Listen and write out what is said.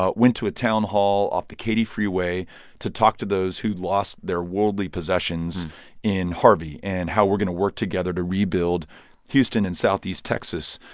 ah went to a town hall off the katy freeway to talk to those who'd lost their worldly possessions in harvey and how we're going to work together to rebuild houston and southeast texas.